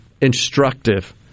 instructive